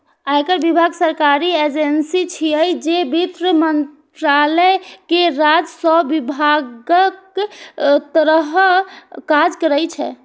आयकर विभाग सरकारी एजेंसी छियै, जे वित्त मंत्रालय के राजस्व विभागक तहत काज करै छै